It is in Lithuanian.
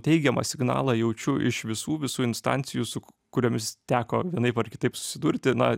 teigiamą signalą jaučiu iš visų visų instancijų su kuriomis teko vienaip ar kitaip susidurti na